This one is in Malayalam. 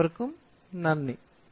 എല്ലാവർക്കും വളരെയധികം നന്ദി